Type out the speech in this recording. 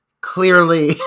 Clearly